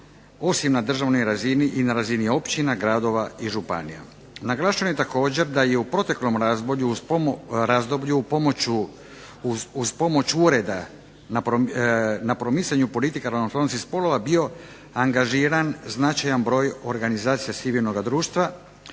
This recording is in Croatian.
osim na državnoj razini i na razini općina, gradova i županija. Naglašeno je također da je u proteklom razdoblju uz pomoć ureda na promicanju politike ravnopravnosti spolova bio angažiran značajan broj organizacija civilnoga društva